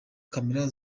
camera